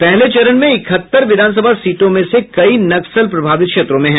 पहले चरण में इकहत्तर विधानसभा सीटों में से कई नक्सल प्रभावित क्षेत्रों में है